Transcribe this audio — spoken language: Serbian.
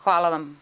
Hvala vam.